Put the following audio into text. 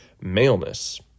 maleness